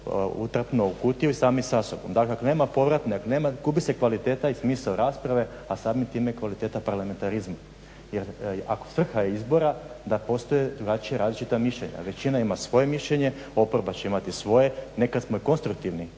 utrpao u kutiju i sami sa sobom. Dakle nema povratne, gubi se kvaliteta i smisao rasprave a samim time kvaliteta parlamentarizma. Jer svrha je izbora da postoje različita mišljenja. Većina ima svoje mišljenje, oporba će imati svoje mišljenje. Nekad smo i konstruktivni